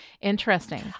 interesting